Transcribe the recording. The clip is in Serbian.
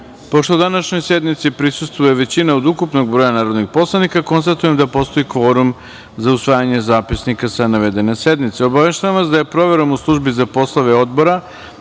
današnjoj sednici prisustvuje većina od ukupnog broja narodnih poslanika, konstatujem da postoji kvorum za usvajanje zapisnika sa navedene sednice. Obaveštavam vas da je proverom u službi za poslove Obora